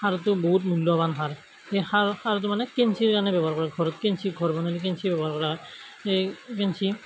সাৰটো বহুত মূল্যৱান সাৰ সেই সাৰ সাৰটো মানে কেঞ্চিৰ কাৰণে ব্যৱহাৰ কৰে ঘৰত কেঞ্চিৰ ঘৰ বনালে কেঞ্চি ব্যৱহাৰ কৰা হয় এই কেঞ্চি